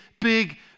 big